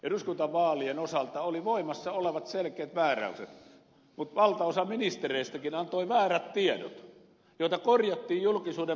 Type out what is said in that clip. eduskuntavaalien osalta oli voimassa olevat selkeät määräykset mutta valtaosa ministereistäkin antoi väärät tiedot joita korjattiin julkisuuden paineessa